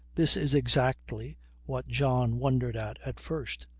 this is exactly what john wondered at, at first,